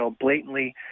blatantly